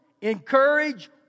encourage